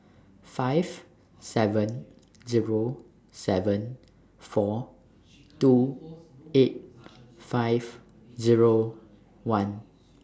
five seven Zero seven four two eight five Zero one